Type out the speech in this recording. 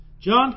John